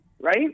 right